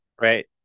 right